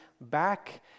back